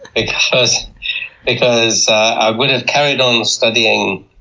because because i would have carried on studying